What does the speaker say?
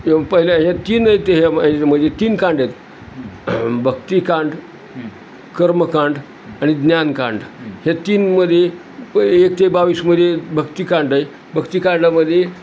पहिले हे तीन आहेत ते हे म्हणजे तीन कांडेत भक्तिकांड कर्मकांड आणि ज्ञानकांड हे तीनमध्ये प एक ते बावीसमध्ये भक्तिकांड आहे भक्तिकांडामध्ये